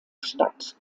statt